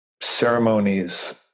ceremonies